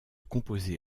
composé